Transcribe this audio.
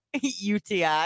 UTI